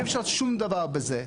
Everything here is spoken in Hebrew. אי אפשר לעשות שום דבר בזה.